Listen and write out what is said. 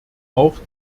auch